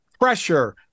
pressure